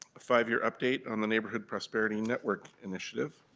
five-year update on the neighborhood prosperity network initiative.